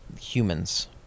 humans